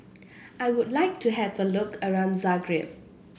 I would like to have a look around Zagreb